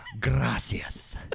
Gracias